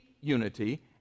unity